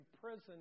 prison